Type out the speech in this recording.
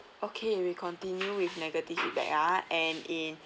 okay we continue with negative feedback ah and in